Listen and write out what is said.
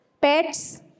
Pets